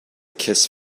kiss